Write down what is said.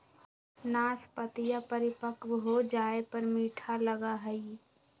नाशपतीया परिपक्व हो जाये पर मीठा लगा हई